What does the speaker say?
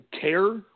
care